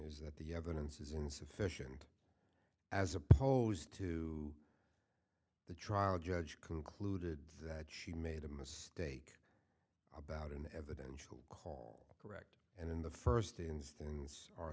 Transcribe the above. that the evidence is insufficient as opposed to the trial judge concluded that she made a mistake about an evidentiary hall correct and in the first ins things are